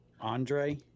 Andre